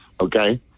Okay